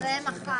מי נגד?